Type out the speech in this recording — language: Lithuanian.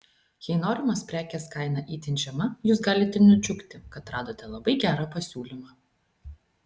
jei norimos prekės kaina itin žema jūs galite nudžiugti kad radote labai gerą pasiūlymą